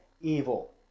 evil